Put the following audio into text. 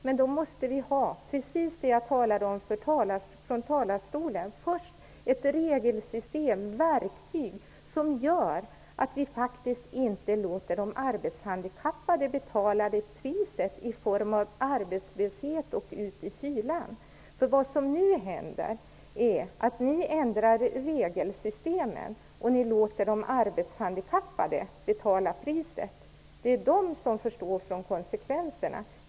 Men då måste vi först ha precis det jag talade om från talarstolen, nämligen ett regelsystem, ett verktyg som gör att vi inte låter de arbetshandikappade betala priset i form av arbetslöshet och att komma ut i kylan. Vad som nu händer är att ni ändrar regelsystemen och låter de arbetshandikappade betala priset. Det är de som får stå för konsekvenserna.